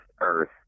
Earth